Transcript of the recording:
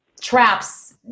traps